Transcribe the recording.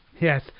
Yes